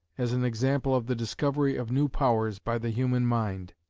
as an example of the discovery of new powers by the human mind.